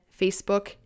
Facebook